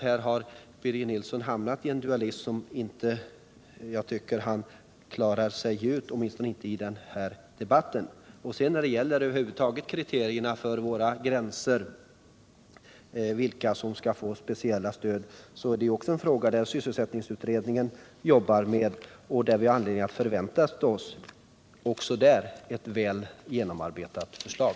Här har Birger Nilsson hamnat i en dualism som jag inte tycker att han klarar sig ur, åtminstone inte i den här debatten. Kriterierna över huvud taget för gränsdragningen när det gäller vilka som skall få speciella stöd är en fråga som sysselsättningsutredningen jobbar med. Också där har vi anledning att förvänta oss ett väl genomarbetat förslag.